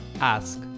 ask